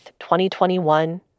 2021